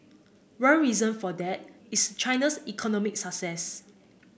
one reason for that is China's economic success